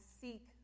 seek